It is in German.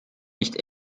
nicht